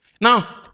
now